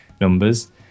numbers